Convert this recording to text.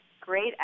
great